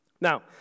Now